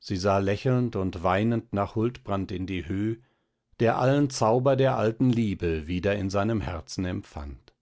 sie sah lächelnd und weinend nach huldbrand in die höh der allen zauber der alten liebe wieder in seinem herzen empfand